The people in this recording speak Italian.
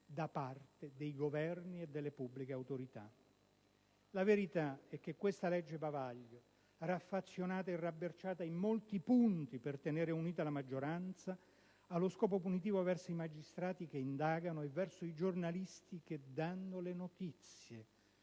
da parte dei Governi e delle pubbliche autorità. La verità è che questa legge bavaglio, raffazzonata e rabberciata in molti punti per tenere unita la maggioranza, ha uno scopo punitivo verso i magistrati che indagano e verso i giornalisti che danno le notizie,